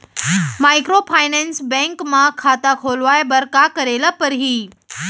Microfinance bank म खाता खोलवाय बर का करे ल परही?